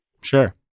Sure